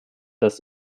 dass